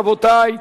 רבותי,